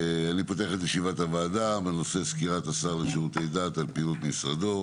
אני פותח את ישיבת הוועדה בנושא סקירת השר לשירותי דת על פעילות משרדו.